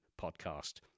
Podcast